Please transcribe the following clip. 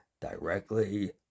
directly